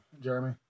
Jeremy